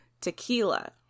tequila